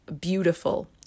beautiful